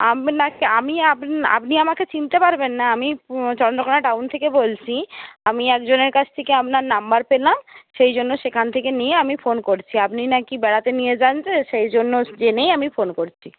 আপনাকে আমি আপনি আমাকে চিনতে পারবেন না আমি চন্দ্রকোনা টাউন থেকে বলছি আমি একজনের কাছ থেকে আপনার নাম্বার পেলাম সেইজন্য সেখান থেকে নিয়ে আমি ফোন করছি আপনি নাকি বেড়াতে নিয়ে যান তো সেইজন্য জেনেই আমি ফোন করছি